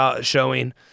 showing